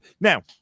Now